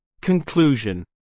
Conclusion